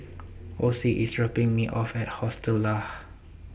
Ocie IS dropping Me off At Hostel Lah